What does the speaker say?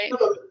right